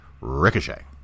ricochet